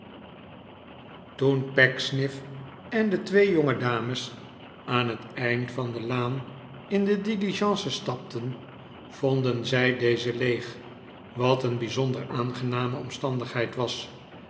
toen pecksniff en de twee jongedames aan het eind van de laan in de diligence stapten vonden zij deze leeg wat een bijzonder aangename omstandigheid was